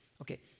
Okay